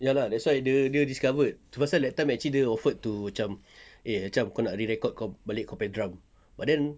ya lah that's why dia dia discovered tu pasal that time actually dia offered to macam eh macam kau nak rerecord balik kau punya drum but then